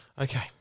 Okay